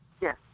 Yes